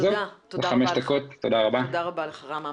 תודה רבה לך.